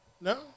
No